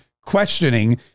questioning